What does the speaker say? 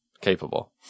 capable